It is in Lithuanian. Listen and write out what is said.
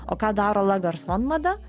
o ką daro lagarson mada